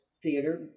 Theater